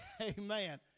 Amen